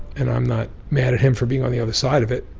and i'm not mad at him for being on the other side of it.